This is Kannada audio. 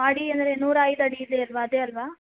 ಅಡಿ ಅಂದರೆ ನೂರಾ ಐದು ಅಡಿ ಇದೆ ಅಲ್ಲವಾ ಅದೆ ಅಲ್ಲವಾ